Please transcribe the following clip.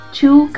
two